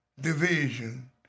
division